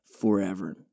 forever